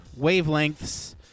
wavelengths